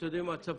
אובדן של תלמיד.